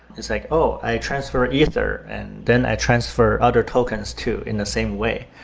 it's like, oh! i transfer ether and then i transfer other tokens too in the same way,